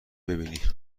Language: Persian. ببینی